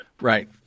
Right